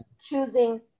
choosing